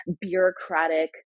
bureaucratic